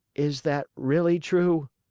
is that really true?